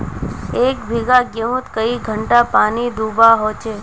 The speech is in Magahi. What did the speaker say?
एक बिगहा गेँहूत कई घंटा पानी दुबा होचए?